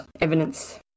evidence